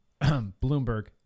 Bloomberg